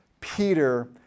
Peter